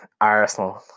Arsenal